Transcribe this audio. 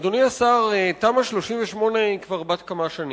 אדוני השר, תמ"א 38 היא בת כמה שנים,